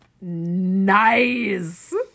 Nice